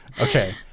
Okay